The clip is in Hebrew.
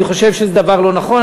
אני חושב שזה דבר לא נכון,